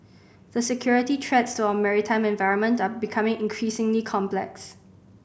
the security threats to our maritime environment are becoming increasingly complex